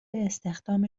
استخدام